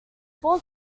four